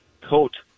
coat